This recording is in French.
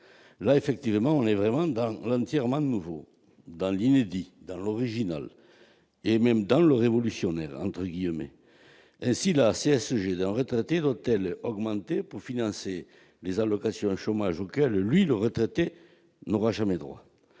là effectivement, on est vraiment dans l'entièrement nouveau dans l'inédit dans l'original, et même dans le révolutionnaire entre guillemets ainsi la CSG des retraités d'hôtel augmenter pour financer les allocations chômage auquel lui le retraité n'aura jamais droit